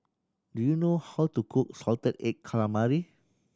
do you know how to cook salted egg calamari